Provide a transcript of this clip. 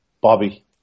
Bobby